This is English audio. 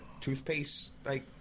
toothpaste-like